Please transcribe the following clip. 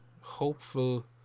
hopeful